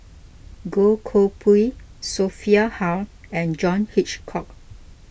Goh Koh Pui Sophia Hull and John Hitchcock